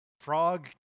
frog